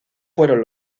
fueron